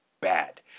bad